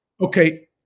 Okay